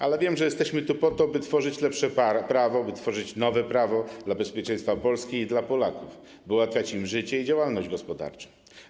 Ale wiem, że jesteśmy tu po to, by tworzyć lepsze prawo, by tworzyć nowe prawo dla bezpieczeństwa Polski i dla Polaków, by ułatwiać im życie i działalność gospodarczą.